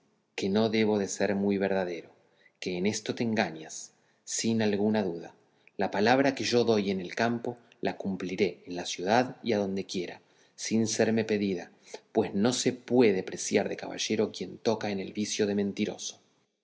que no debo de ser muy verdadero que en esto te engañas sin alguna duda la palabra que yo doy en el campo la cumpliré en la ciudad y adonde quiera sin serme pedida pues no se puede preciar de caballero quien toca en el vicio de mentiroso